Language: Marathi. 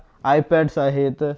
आयपॅडस् आहेत तर